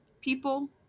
people